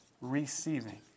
receiving